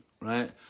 right